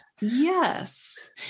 yes